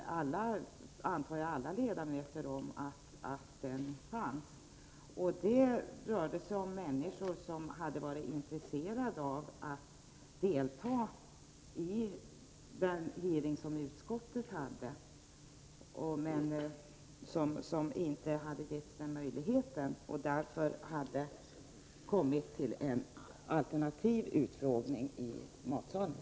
Kallelse utgick till alla ledamöter, antar jag, Det rörde sig om människor som hade varit intresserade av att delta i den hearing som utskottet anordnade men som inte hade fått den möjligheten och därför kom till en alternativ utfrågning i matsalen.